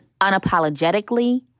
unapologetically